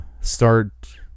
start